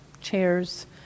chairs